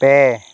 ᱯᱮ